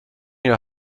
your